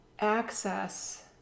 Access